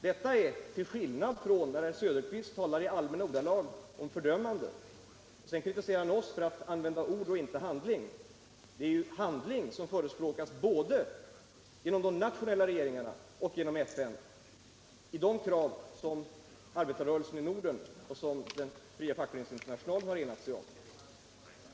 Herr Söderqvist talar i allmänna ordalag om fördömande, och sedan kritiserar han oss för att använda ord och inte handling. Det är handling, både genom de nationella regeringarna och genom FN, som förespråkas i de krav som Fria fackföreningsinternationalen har enats om.